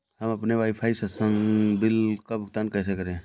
हम अपने वाईफाई संसर्ग बिल का भुगतान कैसे करें?